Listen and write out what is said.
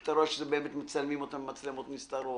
אתה רואה שבאמת מצלמים אותם במצלמות נסתרות,